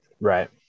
Right